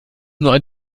nur